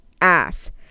ass